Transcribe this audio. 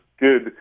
good